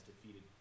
defeated